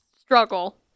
Struggle